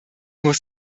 muss